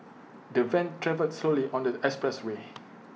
the van travelled slowly on the expressway